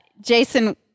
Jason